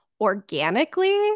organically